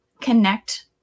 connect